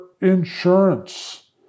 insurance